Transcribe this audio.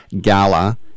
Gala